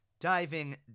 diving